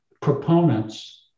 proponents